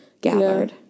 gathered